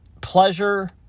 pleasure